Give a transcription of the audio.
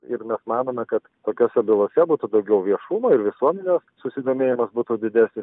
ir mes manome kad tokiose bylose būtų daugiau viešumo ir visuomenės susidomėjimas būtų didesnis